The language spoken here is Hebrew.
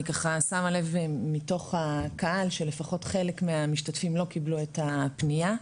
אני שמה לב מתוך הקהל שלפחות חלק מהמשתתפים לא קיבלו את הפניה.